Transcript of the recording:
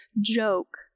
joke